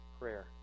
Prayer